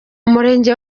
umurenge